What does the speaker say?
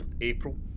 April